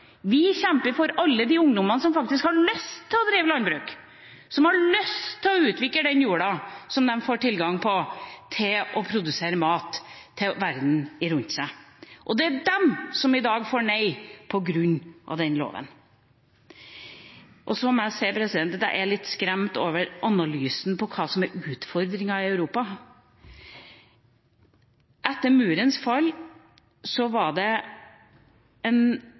vi kjemper for, vi kjemper for alle de ungdommene som faktisk har lyst til å drive landbruk, som har lyst til å utvikle jord de får tilgang til for å produsere mat til verden rundt seg. Det er de som i dag får nei på grunn av denne loven. Så må jeg si at jeg er litt skremt over analysen av hva som er utfordringer i Europa. Etter Murens fall var det nærmest en